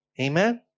Amen